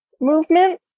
movement